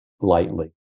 lightly